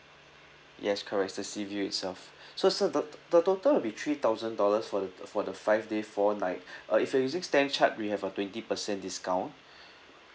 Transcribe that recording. yes correct it's the sea view itself so sir the the total will be three thousand dollars for the for the five day four night uh if you're using Stan_Chart we have a twenty percent discount